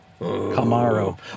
Camaro